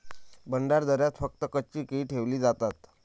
भंडारदऱ्यात फक्त कच्ची केळी ठेवली जातात